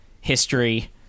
history